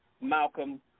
Malcolm